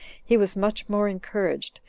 he was much more encouraged,